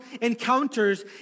encounters